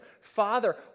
Father